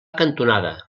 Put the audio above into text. cantonada